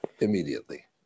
immediately